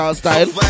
style